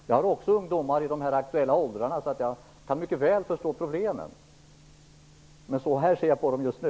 Jag har också ungdomar i de aktuella åldrarna, så jag kan mycket väl förstå problemen. Men så här ser jag på dem just nu.